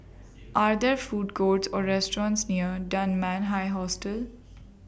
Are There Food Courts Or restaurants near Dunman High Hostel